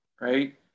right